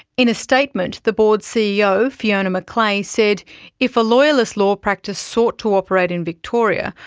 in a statement, the board's ceo, fiona mcleay, said if a lawyerless law practice sought to operate in victoria,